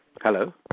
Hello